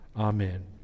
Amen